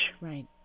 right